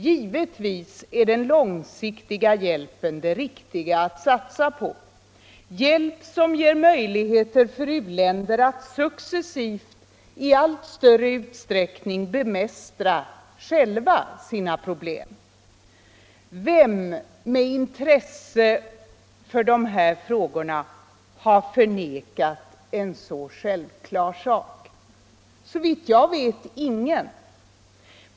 Givetvis är den långsiktiga hjälpen det riktiga att satsa på — hjälp som ger möjlighet för u-länder att successivt i allt större utsträckning själva bemästra sina problem. Vem med intresse för de här frågorna har förnekat en så självklar sak? Såvitt jag vet ingen.